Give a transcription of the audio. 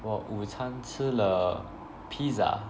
我午餐吃了 pizza